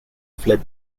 fled